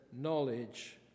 knowledge